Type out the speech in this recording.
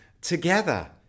together